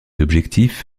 objectifs